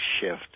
shift